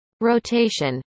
rotation